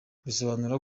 bisobanuye